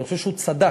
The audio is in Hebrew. אני חושב שהוא צדק.